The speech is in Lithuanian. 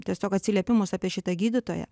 tiesiog atsiliepimus apie šitą gydytoją